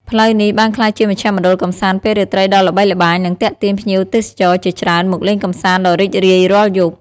ផ្លូវនេះបានក្លាយជាមជ្ឈមណ្ឌលកម្សាន្តពេលរាត្រីដ៏ល្បីល្បាញ និងទាក់ទាញភ្ញៀវទេសចរជាច្រើនមកលេងកម្សាន្តដ៏រីករាយរាល់យប់។